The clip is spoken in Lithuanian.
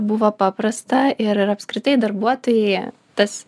buvo paprasta ir ar apskritai darbuotojai tas